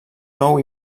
nou